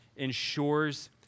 ensures